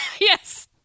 Yes